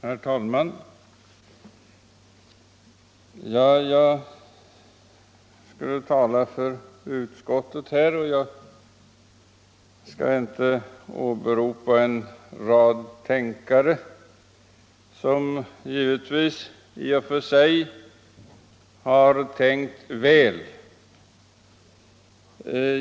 Herr talman! Då jag nu här skall föra utskottets talan, skall jag inte som herr Enlund åberopa en rad tänkare som givetvis i och för sig har tänkt väl.